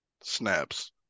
snaps